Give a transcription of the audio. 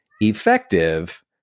effective